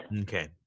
Okay